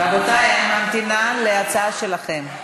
רבותי, אני ממתינה להצעה שלכם.